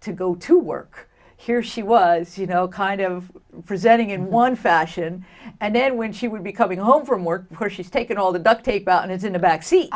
to go to work here she was you know kind of presenting in one fashion and then when she would be coming home from work where she's taken all the duct tape and it's in the back seat